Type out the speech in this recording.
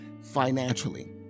financially